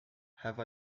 have